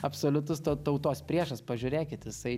absoliutus tau tautos priešas pažiūrėkit jisai